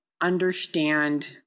understand